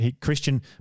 Christian